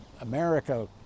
America